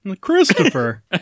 Christopher